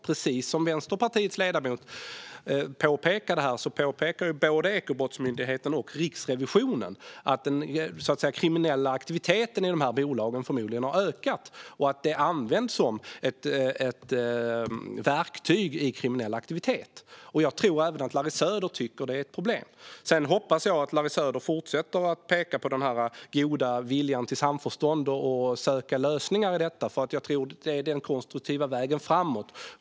Precis som Vänsterpartiets ledamot sa påpekar både Ekobrottsmyndigheten och Riksrevisionen att den kriminella aktiviteten i de här bolagen förmodligen har ökat och att det används som ett verktyg i kriminell aktivitet. Jag tror att även Larry Söder tycker att det är ett problem. Sedan hoppas jag att Larry Söder fortsätter att peka på den goda viljan till samförstånd och söker lösningar på detta, för det tror jag är den konstruktiva vägen framåt.